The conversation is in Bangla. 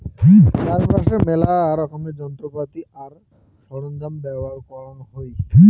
চাষবাসের মেলা রকমের যন্ত্রপাতি আর সরঞ্জাম ব্যবহার করাং হই